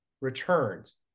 returns